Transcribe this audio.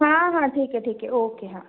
हां हां ठीक आहे ठीक आहे ओके हां